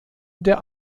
der